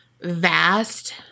vast